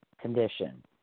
condition